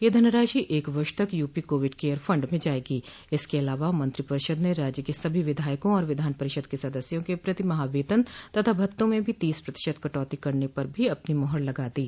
यह धनराशि एक वर्ष तक यूपी कोविड केयर फंड में जायेगी इसके अलावा मंत्रिपरिषद ने राज्य के सभी विधायकों और विधान परिषद के सदस्यों के प्रतिमाह वेतन तथा भत्तों में भी तीस प्रतिशत कटौती करने पर भी अपनी मोहर लगा दी